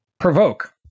Provoke